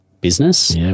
business